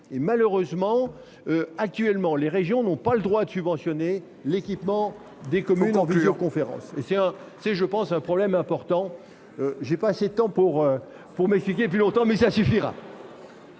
et malheureusement. Actuellement les régions n'ont pas le droit de subventionner l'équipement des communes ont plusieurs conférences c'est un, c'est je pense un problème important. J'ai pas assez de temps pour pour m'expliquer depuis longtemps mais ça suffira.